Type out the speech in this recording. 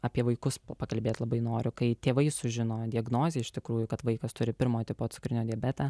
apie vaikus pakalbėti labai noriu kai tėvai sužino diagnozę iš tikrųjų kad vaikas turi pirmo tipo cukrinio diabetą